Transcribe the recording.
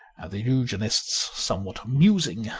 and the eu genists somewhat amusing,